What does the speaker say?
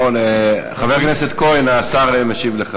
חבר הכנסת כהן, השר משיב לך.